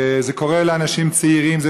זה קורה לאנשים צעירים,